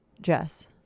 jess